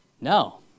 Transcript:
No